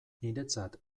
niretzat